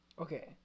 Okay